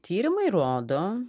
tyrimai rodo